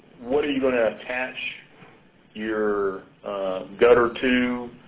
what are you going to attach your gutter to,